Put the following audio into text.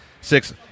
six